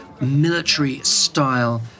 military-style